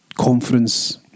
conference